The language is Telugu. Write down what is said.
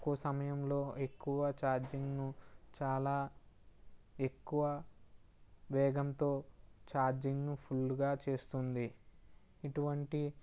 తక్కువ సమయంలో ఎక్కువ ఛార్జింగ్ను చాలా ఎక్కువ వేగంతో ఛార్జింగ్ను ఫుల్లుగా చేస్తుంది ఇటువంటి